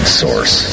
source